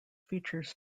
features